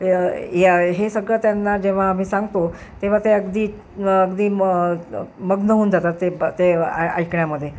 यं यं हे सगळं त्यांना जेव्हा आम्ही सांगतो तेव्हा ते अगदी अगदी म मग्न होऊन जातात ते प ते आय ऐकण्यामध्ये